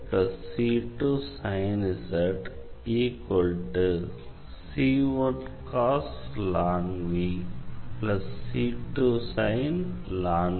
vlcsnap 2019 04 15 10h51m39s493